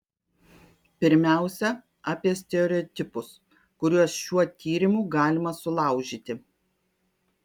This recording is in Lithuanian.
pirmiausia apie stereotipus kuriuos šiuo tyrimu galima sulaužyti